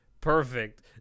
Perfect